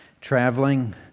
traveling